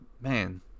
Man